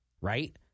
Right